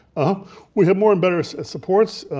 ah we have more and better supports.